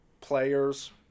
players